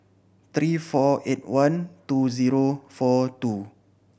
three four eight one two zero four two